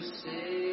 say